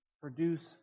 produce